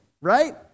right